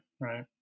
Right